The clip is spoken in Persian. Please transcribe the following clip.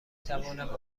توانم